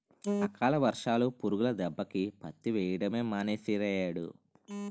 అకాల వర్షాలు, పురుగుల దెబ్బకి పత్తి వెయ్యడమే మానీసేరియ్యేడు